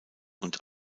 und